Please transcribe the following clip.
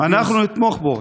אנחנו נתמוך בו.